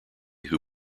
who